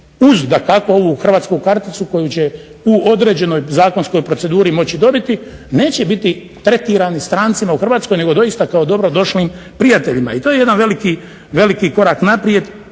uz dakako ovu hrvatsku karticu koju će u određenoj zakonskoj proceduri moći dobiti neće biti tretirani strancima u Hrvatskoj nego doista kao dobrodošlim prijateljima. I to je jedan veliki korak naprijed